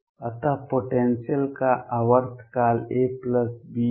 अत पोटेंसियल का आवर्तकाल a b है